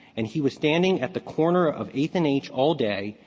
and he was standing at the corner of eighth and h all day.